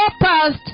past